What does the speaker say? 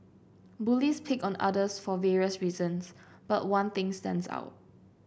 bullies pick on others for various reasons but one thing stands out